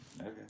Okay